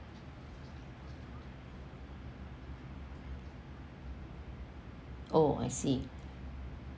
oh I see